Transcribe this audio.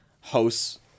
hosts